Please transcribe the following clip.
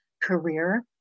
career